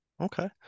Okay